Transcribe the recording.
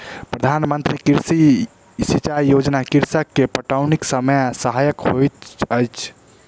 प्रधान मंत्री कृषि सिचाई योजना कृषक के पटौनीक समय सहायक होइत अछि